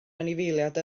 anifeiliaid